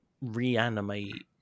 reanimate